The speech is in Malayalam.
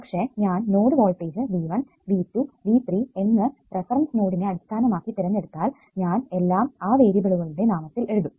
പക്ഷെ ഞാൻ node voltage V1 V2 V3 എന്ന് റഫറൻസ് നോഡിനെ അടിസ്ഥാനമാക്കി തിരഞ്ഞെടുത്താൽ ഞാൻ എല്ലാം ആ വേരിയബിളുകളുടെ നാമത്തിൽ എഴുത്തും